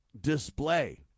display